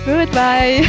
Goodbye